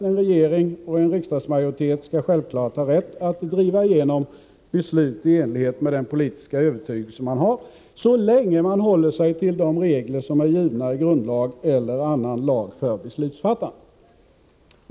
En regering och en riksdagsmajori tet skall självfallet ha rätt att driva igenom beslut i enlighet med den politiska övertygelse man har — så länge man håller sig inom de regler som är givna i grundlag eller annan lag för beslutsfattandet.